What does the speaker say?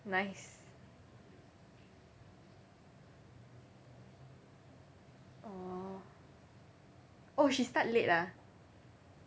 nice orh oh she start late ah